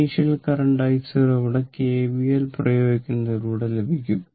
initial current i0 ഇവിടെ KVL പ്രയോഗിക്കുന്നതിലൂടെ ലഭിക്കും